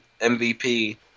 MVP